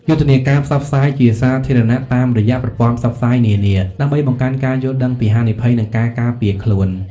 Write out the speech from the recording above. យុទ្ធនាការផ្សព្វផ្សាយជាសាធារណៈតាមរយៈប្រព័ន្ធផ្សព្វផ្សាយនានា ដើម្បីបង្កើនការយល់ដឹងពីហានិភ័យ និងការការពារខ្លួន។